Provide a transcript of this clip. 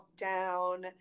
lockdown